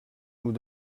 nous